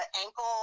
ankle